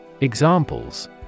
Examples